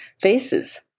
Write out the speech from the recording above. Faces